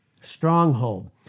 Stronghold